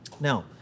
Now